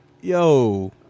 Yo